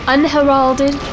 Unheralded